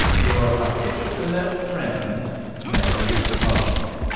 yure efexinite frend mary muligan.